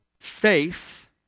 faith